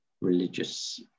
religious